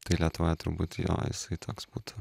tai lietuvoje turbūt jo jisai toks būtų